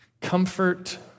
Comfort